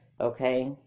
okay